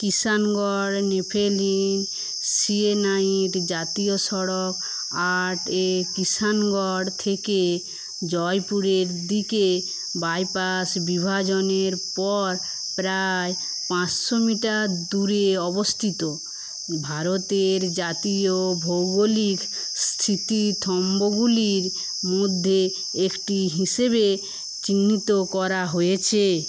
Kishangarh nepheline syenite জাতীয় সড়ক আট এ কিষানগড় থেকে জয়পুরের দিকে বাইপাস বিভাজনের পর প্রায় পাঁচশো মিটার দূরে অবস্থিত ভারতের জাতীয় ভৌগোলিক স্থিতি স্তম্ভগুলির মধ্যে একটি হিসেবে চিহ্নিত করা হয়েছে